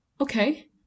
okay